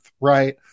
right